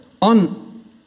On